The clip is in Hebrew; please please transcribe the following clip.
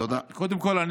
תודה.